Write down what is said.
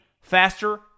faster